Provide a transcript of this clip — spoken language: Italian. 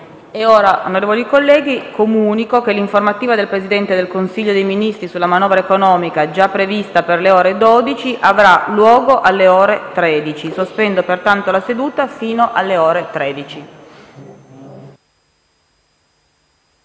Onorevoli colleghi, comunico che l'informativa del Presidente del Consiglio dei ministri sulla manovra economica, già prevista per le ore 12, avrà luogo alle ore 13. Sospendo pertanto la seduta fino alle ore 13.